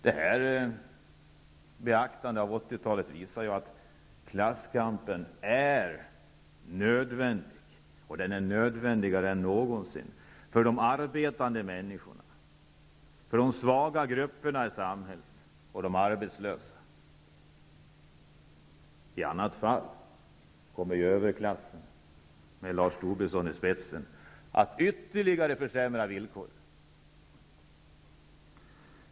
1980-talet visar ju att klasskampen är nödvändigare än någonsin för de arbetande människorna och de svaga grupperna i samhället och de arbetslösa. I annat fall kommer överklassen med Lars Tobisson i spetsen att ytterligare försämra villkoren.